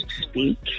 speak